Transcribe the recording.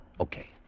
Okay